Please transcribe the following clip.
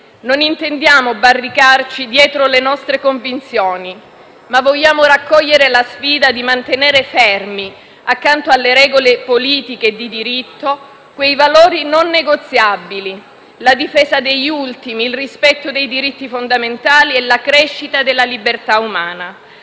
Non intendiamo barricarci dietro alle nostre convinzioni, ma vogliamo raccogliere la sfida di mantenere fermi, accanto alle regole politiche e di diritto, quei valori non negoziabili, come la difesa degli ultimi, il rispetto dei diritti fondamentali e la crescita della libertà umana.